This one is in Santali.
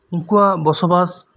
ᱩᱱᱠᱩᱣᱟᱜ ᱵᱚᱥᱥᱟᱥ